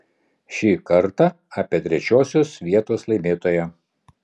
šį kartą apie trečiosios vietos laimėtoją